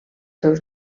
seus